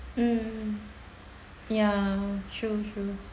um ya true